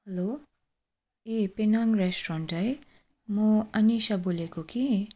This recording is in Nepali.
हेलो ए पेनाङ रेस्टुरेन्ट है म अनिसा बोलेको कि